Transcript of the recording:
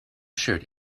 shirt